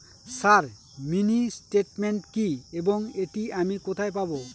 Sir mini statement কি এবং এটি আমি কোথায় পাবো?